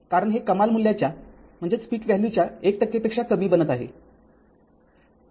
कारण हे कमाल मूल्याच्या १ टक्केपेक्षा कमी बनत आहे